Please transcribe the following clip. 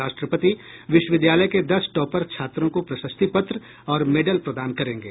राष्ट्रपति विश्वविद्यालय के दस टॉपर छात्रों को प्रशस्ति पत्र और मेडल प्रदान करेंगे